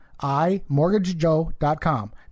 imortgagejoe.com